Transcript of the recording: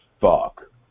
fuck